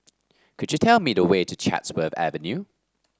could you tell me the way to Chatsworth Avenue